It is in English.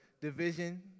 division